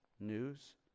news